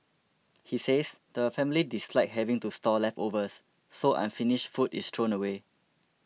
he says the family dislike having to store leftovers so unfinished food is thrown away